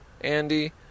Andy